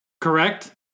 Correct